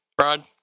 Rod